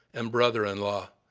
and brother-in-law.